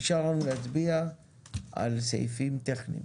נשאר לנו להצביע על סעיפים טכניים,